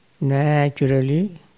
naturally